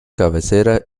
cabecera